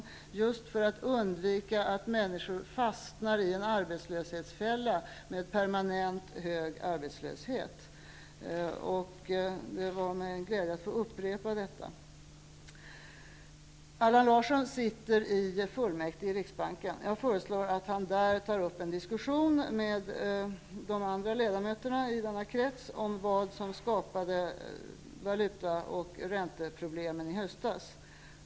Vi gör detta för att undvika att människor fastnar i en arbetslöshetsfälla med permanent hög arbetslöshet. Det var mig en glädje att få upprepa detta. Allan Larsson sitter i fullmäktige i riksbanken. Jag föreslår att han tar upp en diskussion med de andra ledamöterna i denna krets om vad som skapade valuta och ränteproblemen i höstas.